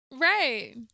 Right